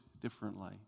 differently